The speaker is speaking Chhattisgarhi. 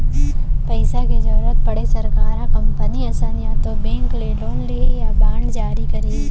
पइसा के जरुरत पड़े सरकार ह कंपनी असन या तो बेंक ले लोन लिही या बांड जारी करही